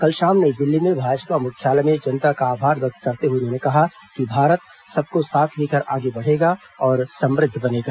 कल शाम नई दिल्ली में भाजपा मुख्यालय में जनता का आभार व्यक्त करते हुए उन्होंने कहा कि भारत सबको साथ लेकर आगे बढ़ेगा और समृद्ध बनेगा